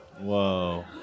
Whoa